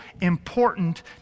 important